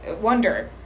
Wonder